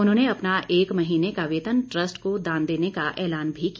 उन्होंने अपना एक महीने का वेतन ट्रस्ट को दान देने का ऐलान भी किया